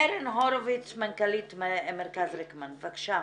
קרן הורוביץ, מנכ"לית מרכז רקמן, בבקשה.